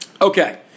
Okay